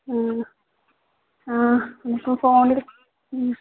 ആ ആ ഇനിയിപ്പോൾ ഫോൺ